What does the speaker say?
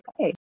Okay